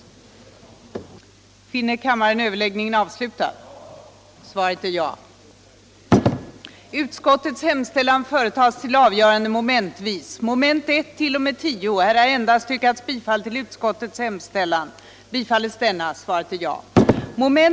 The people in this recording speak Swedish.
Överläggningen var härmed slutad.